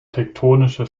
tektonische